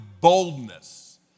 boldness